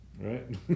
Right